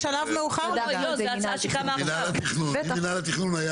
מינהל התכנון.